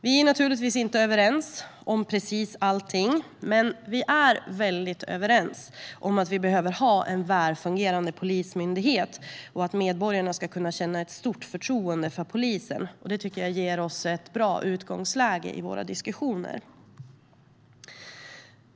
Vi är naturligtvis inte överens om precis allt, men vi är mycket överens om att det behövs en väl fungerande polismyndighet och att medborgarna ska kunna känna ett stort förtroende för polisen. Det ger oss ett bra utgångsläge i våra diskussioner.